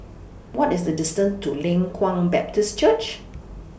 What IS The distance to Leng Kwang Baptist Church